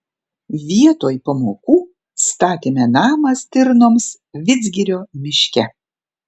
vietoj pamokų statėme namą stirnoms vidzgirio miške